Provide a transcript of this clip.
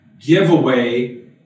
giveaway